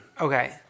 Okay